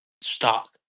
stock